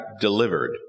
delivered